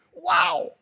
Wow